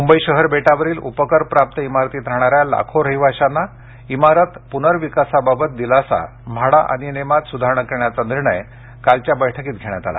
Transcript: मुंबई शहर बेटावरील उपकरप्राप्त इमारतीत राहणाऱ्या लाखो रहिवाशांना इमारत प्नर्विकासाबाबत दिलासा म्हाडा अधिनियमात सुधारणा करण्याचा निर्णय कालच्या बैठकीत घेण्यात आला